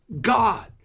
God